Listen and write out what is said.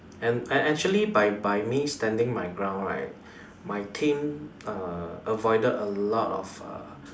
and actually by by me standing my ground right my team err avoided a lot of err